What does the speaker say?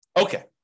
Okay